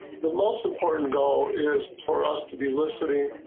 the most important goal is for us to be listening.